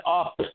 up